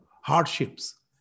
hardships